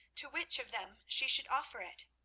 to which of them she should offer it.